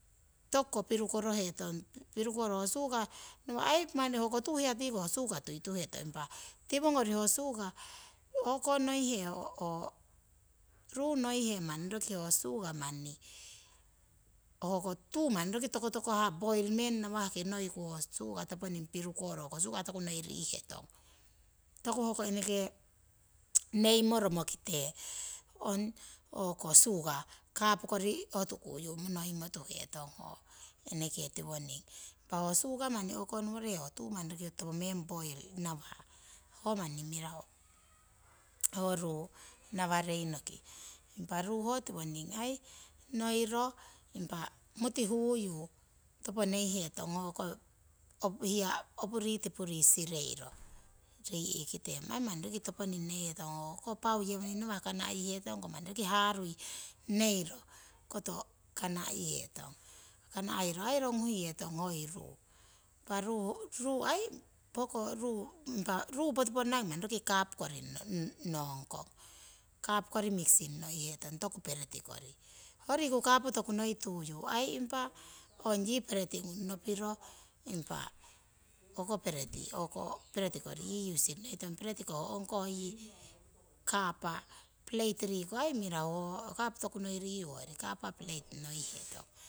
Toko pirukorohetong, pirukoro manni hook tuu hiyatiku ho suka tuituhetong, impa tiwongori ho suka ru noihe manni hoko tuu manniroki tokotokohah, poiring meng ngawah ngoiku ho suka topomeng pirukoro hoko suka tokunoi rihetong. Toku hoko eneke neimo romokite ong suka kapu kori hotukuyu monoimo. tuhetong. Ho eneke tiwoning impa ho suka manni o'ko noworohe to tuu manni roki ho topomeng poir nawah ho manni mirahu ho ru newarainoki. Impa ruu ho. tiwoninining ai noiro impa mutihuyu topo neihetong hoko hiya opuritipuri sireiro tikite ai manni roki toponing neihetong, ho kokoh pau owotiwongawah. kana'yihetong manni roki harui kapukori ngong kong, kapukori mixing noihetong, toku peretikori. Ho riku kapu tokunoi tokunoi tuyu ai impa peretikori. yi neihetong, peretiko ho ong koh yi kapa pereti yi riku mirahu. Ho kapu tokunoi riku hoyori kapa pereti noihetong